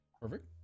Perfect